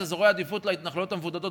את אזורי עדיפות להתנחלויות המבודדות,